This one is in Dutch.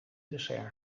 dessert